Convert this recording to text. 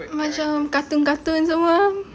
macam cartoon cartoon semua